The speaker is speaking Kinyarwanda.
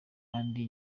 kandi